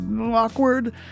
awkward